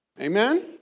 Amen